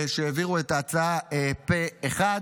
שהעבירו את ההצעה פה אחד.